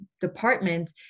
department